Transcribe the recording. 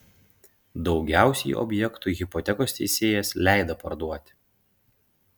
daugiausiai objektų hipotekos teisėjas leido parduoti